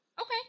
okay